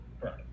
Right